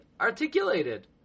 articulated